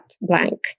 blank